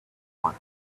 want